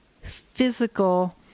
physical